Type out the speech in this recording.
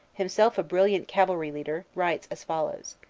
himself a brilliant cavalry leader, writes as follows